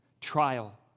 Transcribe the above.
trial